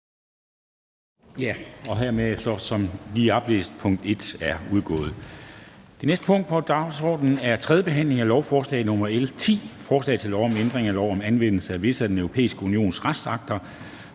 Det næste punkt på dagsordenen er: 16) 2. behandling af lovforslag nr. L 30: Forslag til lov om ændring af lov om anvendelse af Danmarks undergrund.